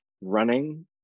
running